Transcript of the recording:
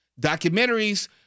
Documentaries